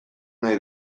nahi